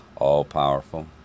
all-powerful